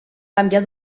canviar